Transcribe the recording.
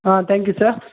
ah thank you sir